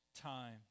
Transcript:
time